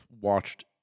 watched